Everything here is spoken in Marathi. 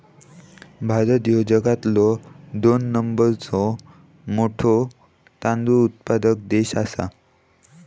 भारत ह्यो जगातलो दोन नंबरचो मोठो तांदूळ उत्पादक देश आसा